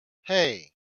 hey